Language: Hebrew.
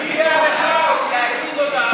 מגיע לך לקרוא הודעה,